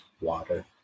water